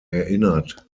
erinnert